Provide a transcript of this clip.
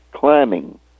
climbing